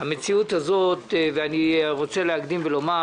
המציאות הזאת, אני רוצה להקדים ולומר: